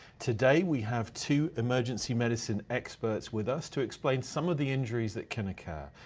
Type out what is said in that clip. today we have two emergency medicine experts with us to explain some of the injuries that can occur,